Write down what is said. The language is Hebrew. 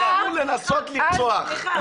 אסור לנסות לרצוח.